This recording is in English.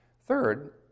Third